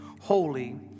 holy